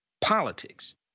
politics